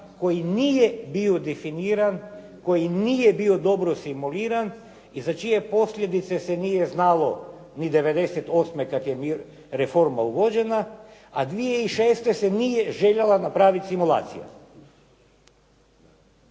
koji nije bio definiran, koji nije bio dobro simuliran i za čije posljedice se nije znalo ni 98. kad je reforma uvođena a 2006. se nije željela napraviti simulacija.